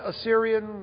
Assyrian